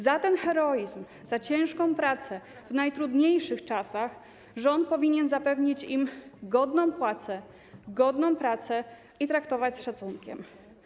Za ten heroizm, za ciężką pracę w najtrudniejszych czasach rząd powinien zapewnić im godną płacę, godne warunki tej pracy i traktować ich z szacunkiem.